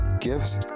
gifts